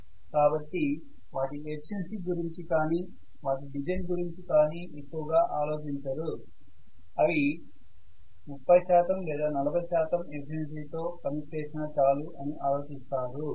కాబట్టి వాటి ఎఫిసియన్సీ గురించి కానీ వాటి డిజైన్ గురించి కానీ ఎక్కువగా ఆలోచించరు అవి 30 శాతం లేదా 40 శాతం ఎఫిసియన్సీ తో పని చేసినా చాలు అని ఆలోచిస్తారు